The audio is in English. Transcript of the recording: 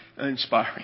inspiring